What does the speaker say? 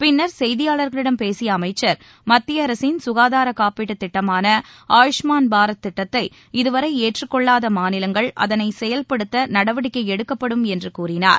பின்னர் செய்தியாளர்களிடம் பேசிய அமைச்சர் மத்திய அரசின் சுகாதார காப்பீட்டுத் திட்டமான ஆயுஷ்மாண் பாரத் திட்டத்தை இதுவரை ஏற்றுக்கொள்ளாத மாநிலங்கள் அதனை செயல்படுத்த நடவடிக்கை எடுக்கப்படும் என்று கூறினார்